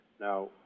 Now